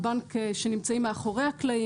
בבנק שנמצאים מאחורי הקלעים,